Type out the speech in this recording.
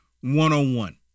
one-on-one